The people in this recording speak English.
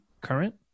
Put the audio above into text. current